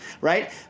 right